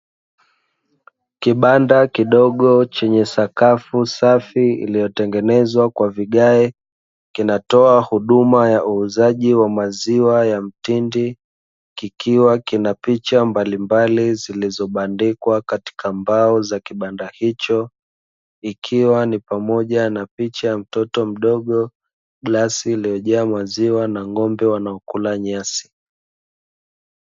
Kibanda kidogo chenye sakafu safi, iliyotengenezwa kwa vigae, kinatoa huduma ya uuzaji wa maziwa ya mtindi, kikiwa kina picha mbalimbali zilizobandikwa katika mbao za kibanda hicho, ikiwa ni pamoja na picha ya mtoto mdogo, glasi iliyojaa maziwa na ng'ombe wanaokula nyasi.